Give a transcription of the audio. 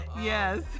Yes